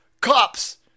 cops